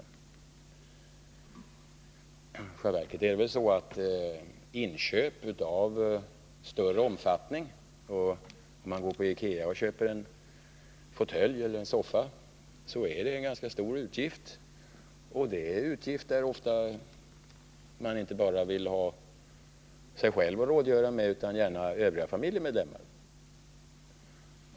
I själva verket är det väl så att inköp av större omfattning — det kan t.ex. gälla köp av en fåtölj eller en soffa på Ikea — är en ganska stor utgift. Ofta vill man inte bara ha sig själv att rådgöra med utan även gärna övriga familjemedlemmar.